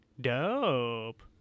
Dope